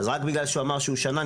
אז רק בגלל שהוא אמר שהוא שנאן,